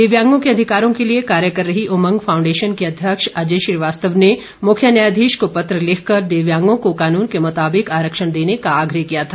दिव्यांगों के अधिकारों के लिए कार्य कर रही उमंग फाउंडेशन के अध्यक्ष अजय श्रीवास्तव ने मुख्य न्यायाधीश को पत्र लिखकर दिव्यांगों को कानून के मुताबिक आरक्षण देने का आग्रह किया था